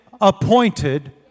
appointed